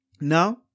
Now